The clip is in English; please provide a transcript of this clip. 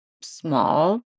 small